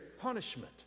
punishment